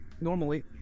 normally